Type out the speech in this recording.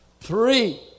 Three